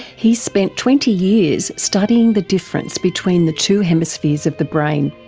he's spent twenty years studying the difference between the two hemispheres of the brain.